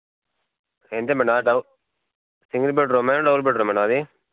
ఏంటి మేడం డబ సింగల్ బెడ్రూమేనా డబల్ బెడ్రూమేనా అది